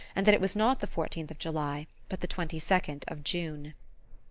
and that it was not the fourteenth of july but the twenty-second of june.